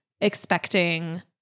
expecting